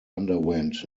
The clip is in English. underwent